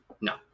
No